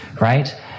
Right